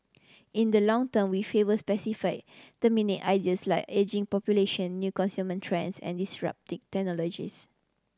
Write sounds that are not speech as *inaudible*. in the long term we favour specific thematic ideas like ageing population new consuming trends and disrupting *unintelligible*